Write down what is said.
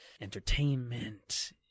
entertainment